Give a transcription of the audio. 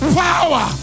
power